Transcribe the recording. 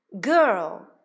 girl